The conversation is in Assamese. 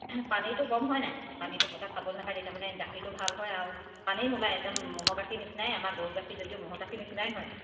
পানীটো কম হয় নাই পানীটো বৰকৈ খাব নাপায় তেতিয়া মানে গাখীৰটো ভাল হয় আৰু পানী নোলায় একদম ম'হৰ গাখীৰ নিচিনাই আমাৰ গৰু গাখীৰ যদিও ম'হৰ গাখীৰ নিচিনাই হয়